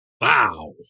Wow